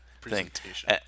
presentation